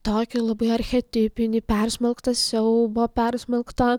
tokį labai archetipinį persmelktą siaubo persmelktą